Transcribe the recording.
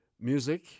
music